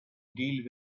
deal